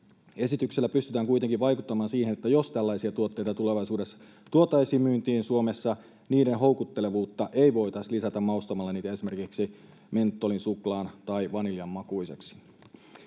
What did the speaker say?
Esityksellä pystytään kuitenkin vaikuttamaan siihen, että jos tällaisia tuotteita tulevaisuudessa tuotaisiin myyntiin Suomessa, niiden houkuttelevuutta ei voitaisi lisätä maustamalla niitä esimerkiksi mentolin, suklaan tai vaniljan makuisiksi.